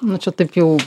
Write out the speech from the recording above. nu čia taip jau